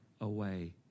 away